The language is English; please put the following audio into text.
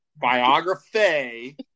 Biography